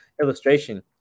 illustration